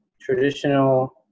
traditional